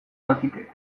dakite